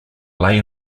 lay